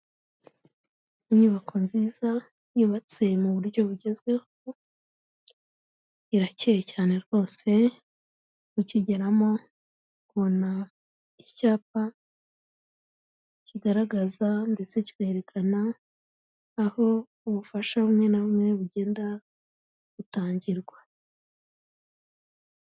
Inyubako nziza yubatse mu buryo bugezweho, irakeye cyane rwose, ukigeramo, ubona icyapa kigaragaza ndetse kikerekana aho ubufasha bumwe na bumwe bugenda butangirwa.